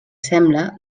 sembla